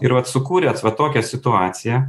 ir vat sukūrėt va tokią situaciją